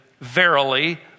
verily